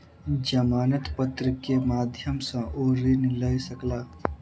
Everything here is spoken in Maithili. जमानत पत्र के माध्यम सॅ ओ ऋण लय सकला